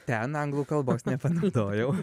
ten anglų kalbos nepanaudojau